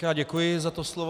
Já děkuji za to slovo.